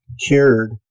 cured